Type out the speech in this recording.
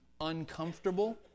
uncomfortable